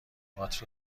باتری